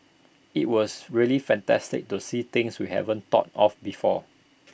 IT was really fantastic to see things we haven't thought of before